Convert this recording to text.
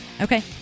Okay